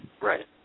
Right